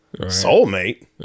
soulmate